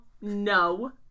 No